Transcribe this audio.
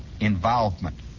involvement